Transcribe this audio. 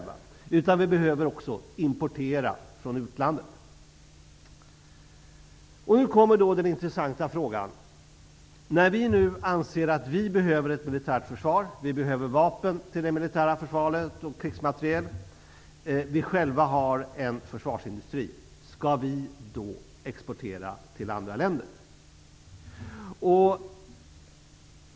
Vi behöver också importera från utlandet. Nu kommer den intressanta frågan. Vi anser att vi behöver ett militärt försvar och vapen och krigsmateriel till det. Vi har själva en försvarsindustri. Skall vi då exportera till andra länder?